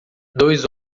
dois